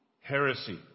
heresy